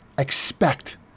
expect